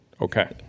Okay